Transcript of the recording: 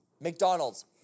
McDonald's